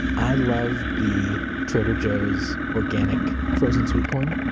i love the trader joe's organic frozen sweet corn.